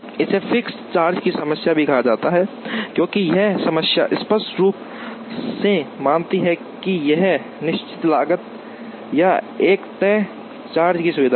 इसे fixed charge की समस्या भी कहा जाता है क्योंकि यह समस्या स्पष्ट रूप से मानती है कि एक निश्चित लागत या एक तय चार्ज की सुविधा है